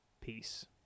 Peace